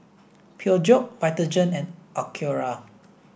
Peugeot Vitagen and Acura